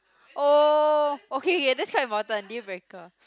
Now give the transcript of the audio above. oh okay okay that's quite important dealbreaker